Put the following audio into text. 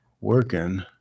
working